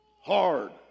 hard